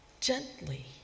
gently